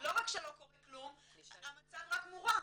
לא רק שלא קורה כלום, המצב רק מורע.